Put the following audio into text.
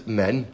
men